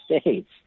states